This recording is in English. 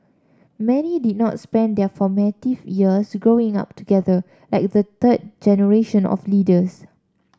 many did not spend their formative years Growing Up together like the third generation of leaders